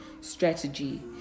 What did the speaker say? strategy